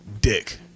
dick